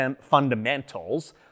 fundamentals